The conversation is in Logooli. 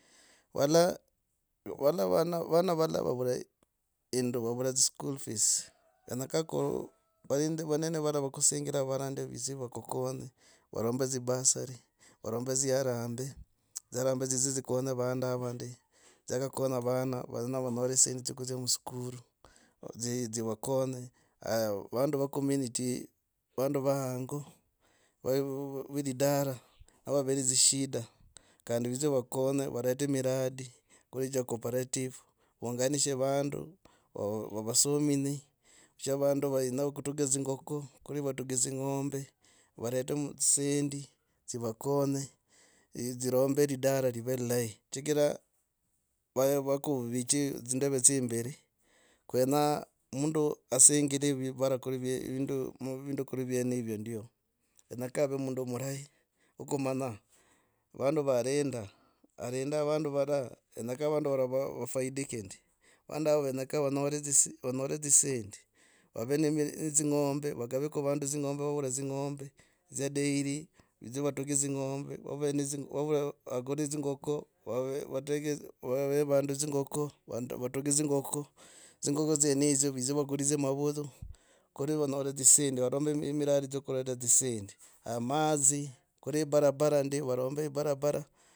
Valala, valala vana, vana valala vavura induvo, vavula school fees kenyakaa ku vainda vanene varava kusingira varande vidze vakukonye, varombe dzi bursary varombe dzi haramb dzi haramb dzizo haramb dzizo dzikonye vana avo ndi dziakakonya vana, vave nivanyoli dzsendi dzya kudzia muskuru dzivakonye, aah vandu va community vandu va hango ve lidala vava ne dzi shida kandi. Vidzo vakonye, varete miradi kuri cha cooperative vaunganisho vandu, vava vavasominye, sha vandu vaenya kutuga tsingoko kuri vatugi dzi ng'ombe varete dzisendi dzivakonye eeh dzirombe lidala live lihahi. Chigiraa vahe, vakuvichi dzi ndove dzye imbire, kwenyaa mundu asingire vivala, vindu kuri vyenevyo ndio, kenyakaa mundu asingire vivala, vindu kuri vyenevyo ndio kenyakaa av mundu murahi wakumanya vandu varinda arinda vandu vara. Kenyakaa vandu vara va vataidike vanda hava kenyakaa vanyore dzisendi, vave ne dzing’ombe vagaveko vandu dzing’ombe vavura dzing’ombe dzya dairy, vidzo vatugi dzing’ombe vave ne dzi vavuva vakuri, dzingoko vove, vatege vahe vandu dzingoko vatugi, dzingoko, dzingoko dzienedzo vidze vakulidze mavozo kuri vanyore dzisendi. Varombe miradi chakureta dzisendi amadzi kuli barabara ndi varombe barabara.